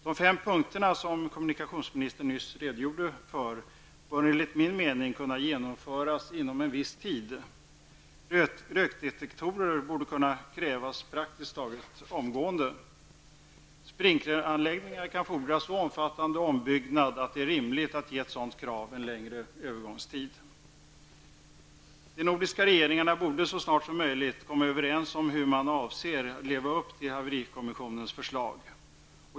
De fem punkter som kommunikationsministern nyss redogjorde för bör enligt min mening kunna genomföras inom en viss tid. Rökdetektorer borde kunna krävas praktiskt taget omgående. Sprinkleranläggningar kan fordra så omfattande ombyggnad att det är rimligt att ge ett sådant krav en längre övergångstid. De nordiska regeringarna borde så snart som möjligt komma överens om hur man avser leva upp till haverikommissionens förslag.